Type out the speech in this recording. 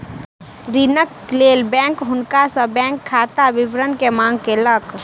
ऋणक लेल बैंक हुनका सॅ बैंक खाता विवरण के मांग केलक